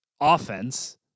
offense